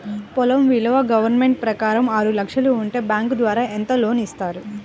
పొలం విలువ గవర్నమెంట్ ప్రకారం ఆరు లక్షలు ఉంటే బ్యాంకు ద్వారా ఎంత లోన్ ఇస్తారు?